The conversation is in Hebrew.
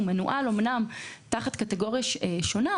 הוא אומנם מנוהל תחת קטגוריה שונה,